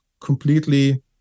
completely